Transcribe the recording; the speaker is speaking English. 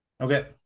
Okay